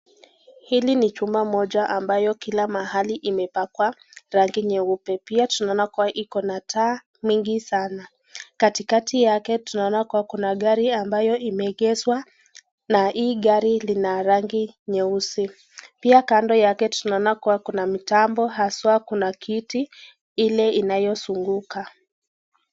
Hili ni chuma moja ambayo kila mahali imepakea rangi nyeupe. Pia tunaona kuwa na taa mingi sana. Katikati yake tunaona kuwa kuna gari ambayo imegezwa naa hii gari lina rangi nyeusi. Pia kando yake tunaona kuwa kuna mitambo haswa kuna kiti ile inayo zunguka.